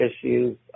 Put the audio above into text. issues